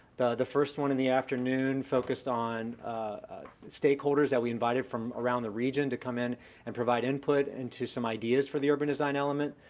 the the first one in the afternoon focused on stakeholders that we invited from around the region to come in and provide input into some ideas for the urban design element.